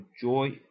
joy